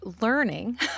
learning